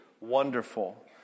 wonderful